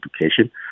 Education